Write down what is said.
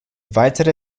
weitere